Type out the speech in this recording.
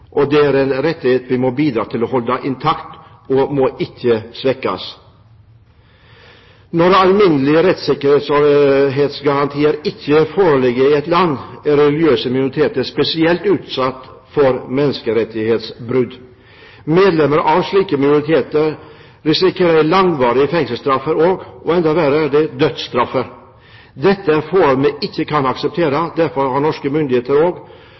Det er en rettighet vi må bidra til å holde intakt, og den må ikke svekkes. Når alminnelige rettssikkerhetsgarantier ikke foreligger i et land, er religiøse minoriteter spesielt utsatt for menneskerettighetsbrudd. Medlemmer av slike minoriteter risikerer langvarige fengselsstraffer, og enda verre: dødsstraffer. Dette er forhold vi ikke kan akseptere. Derfor har norske myndigheter tatt opp brudd på religions- og